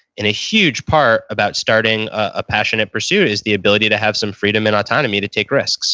and a huge part about starting a passionate pursuit is the ability to have some freedom and autonomy to take risks